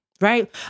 right